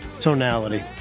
tonality